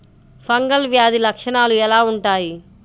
Fungal వ్యాధి లక్షనాలు ఎలా వుంటాయి?